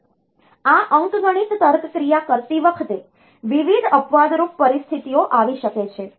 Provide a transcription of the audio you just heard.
હવે આ અંકગણિત તર્ક ક્રિયા કરતી વખતે વિવિધ અપવાદરૂપ પરિસ્થિતિઓ આવી શકે છે